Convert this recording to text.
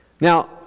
Now